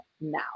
now